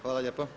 Hvala lijepa.